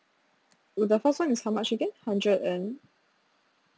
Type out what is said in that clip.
the first [one] is how much again hundred and